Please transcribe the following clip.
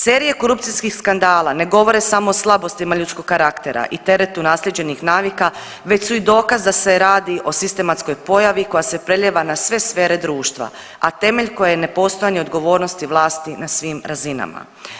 Serije korupcijskih skandala ne govore samo o slabostima ljudskog karaktera i teretu naslijeđenih navika već su i dokaz da se radi o sistematskoj pojavi koja se prelijeva na sve sfere društva, a temelj koje je nepostojanje odgovornosti vlasti na svim razinama.